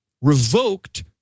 revoked